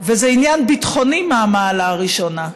וזה עניין ביטחוני מהמעלה הראשונה: